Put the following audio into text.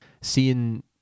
Seeing